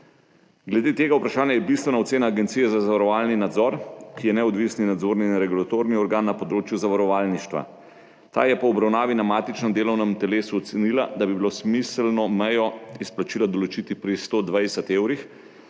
Glede tega vprašanja je bistvena ocena Agencije za zavarovalni nadzor, ki je neodvisni nadzorni in regulatorni organ na področju zavarovalništva. Ta je po obravnavi na matičnem delovnem telesu ocenila, da bi bilo smiselno mejo izplačila določiti pri 120 evrih,